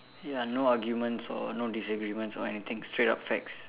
ya no arguments or no disagreements or anything straight up facts